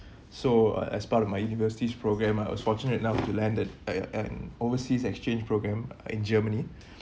so uh as part of my university's program I was fortunate enough to landed at uh an overseas exchange program in germany